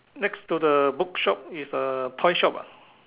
next to the book shop is a toy shop